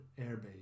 airbase